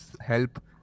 help